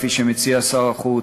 כפי שמציע שר החוץ,